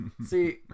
see